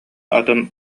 атын